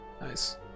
nice